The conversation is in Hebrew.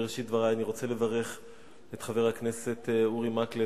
בראשית דברי אני רוצה לברך את חבר הכנסת אורי מקלב